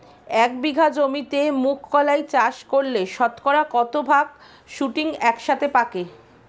এক বিঘা জমিতে মুঘ কলাই চাষ করলে শতকরা কত ভাগ শুটিং একসাথে পাকে?